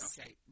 Okay